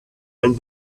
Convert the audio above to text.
and